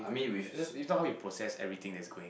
when that's if not how you process everything that's going